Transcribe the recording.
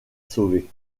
sauver